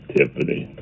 Tiffany